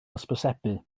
hysbysebu